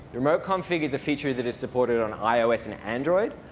remote config is a feature that is supported on ios and android.